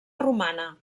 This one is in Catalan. romana